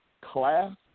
class